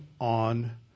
on